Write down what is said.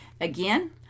Again